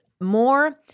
more –